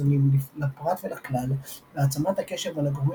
החיסונים לפרט ולכלל והעצמת הקשר בין הגורמים